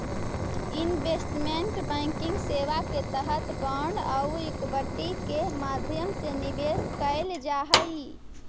investment banking सेवा के तहत बांड आउ इक्विटी के माध्यम से निवेश कैल जा हइ